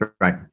Right